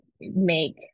make